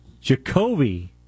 Jacoby